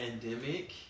pandemic